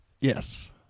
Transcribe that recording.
Yes